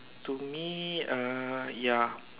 to me uh ya